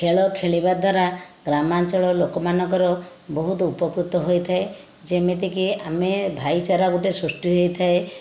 ଖେଳ ଖେଳିବା ଦ୍ୱାରା ଗ୍ରାମାଞ୍ଚଳ ଲୋକମାନଙ୍କର ବହୁତ ଉପକୃତ ହୋଇଥାଏ ଯେମିତିକି ଆମେ ଭାଇଚାରା ଗୋଟିଏ ସୃଷ୍ଟି ହୋଇଥାଏ